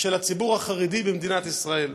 של הציבור החרדי במדינת ישראל.